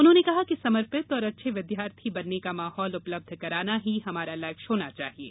उन्होंने कहा कि समर्पित और अच्छे विद्यार्थी बनने का माहौल उपलब्ध कराना ही हमारा लक्ष्य होना चाहिये